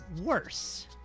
worse